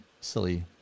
silly